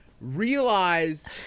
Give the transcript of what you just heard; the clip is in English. realize